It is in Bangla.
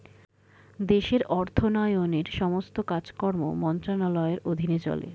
দেশের অর্থায়নের সমস্ত কাজকর্ম মন্ত্রণালয়ের অধীনে চলে